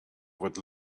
what